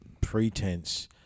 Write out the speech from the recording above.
pretense